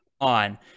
on